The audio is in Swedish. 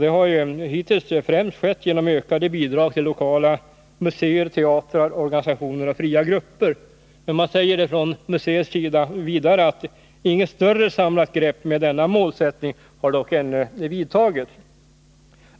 Det har hittills skett främst genom ökade bidrag till lokala museer, teatrar, organisationer och fria grupper. Man säger vidare från museets sida: ”Inget större samlat grepp med denna målsättning har dock ännu tagits.